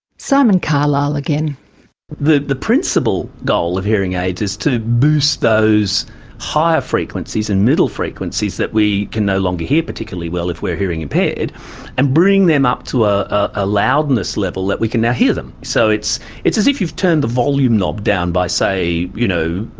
so um and ah the the principal goal of hearing aids is to boost those higher frequencies and middle frequencies that we can no longer hear particularly well if we are hearing-impaired and bring them up to a ah loudness level that we can now hear them. so it's it's as if you've turned the volume knob down by, say, you know,